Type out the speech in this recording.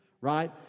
Right